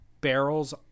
barrels